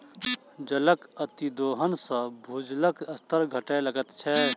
जलक अतिदोहन सॅ भूजलक स्तर घटय लगैत छै